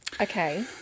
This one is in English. Okay